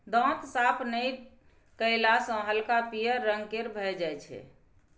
दांत साफ नहि कएला सँ हल्का पीयर रंग केर भए जाइ छै